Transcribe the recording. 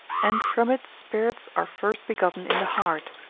and from it spirits are first begotten in the heart,